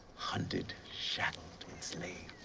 hunted, shackled, enslaved.